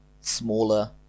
smaller